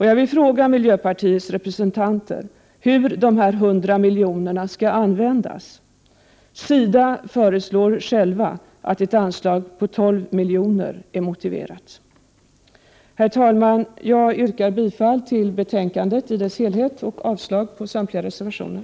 Jag vill fråga miljöpartiets representanter hur dessa 100 milj.kr. skall användas. SIDA anser att ett anslag på 12 milj.kr. är motiverat. Herr talman! Jag yrkar bifall till utskottets hemställan i dess helhet och avslag på samtliga reservationer.